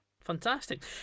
Fantastic